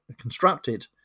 constructed